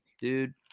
dude